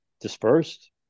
dispersed